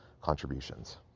contributions